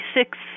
six